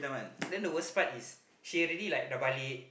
then the worst part is she already like dah balik